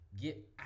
Get